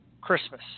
Christmas